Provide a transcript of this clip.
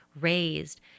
raised